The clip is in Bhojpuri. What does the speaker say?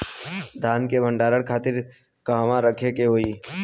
धान के भंडारन खातिर कहाँरखे के होई?